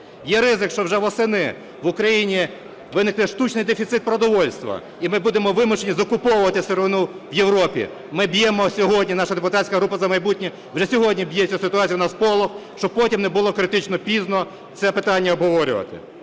Є ризик, що вже восени в Україні виникне штучний дефіцит продовольства і ми будемо вимушені закуповувати сировину в Європі. Ми б'ємо сьогодні, наша депутатська група "За майбутнє" вже сьогодні б'є по цій ситуації на сполох, щоб потім не було критично пізно це питання обговорювати.